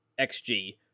XG